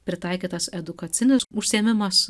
pritaikytas edukacinis užsiėmimas